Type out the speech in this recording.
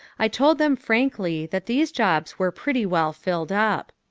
i told them frankly that these jobs were pretty well filled up.